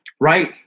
Right